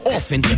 Often